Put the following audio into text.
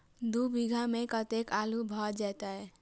दु बीघा मे कतेक आलु भऽ जेतय?